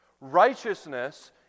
Righteousness